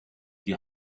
die